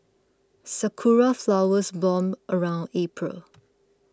sakura flowers born around April